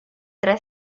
tre